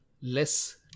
less